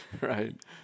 right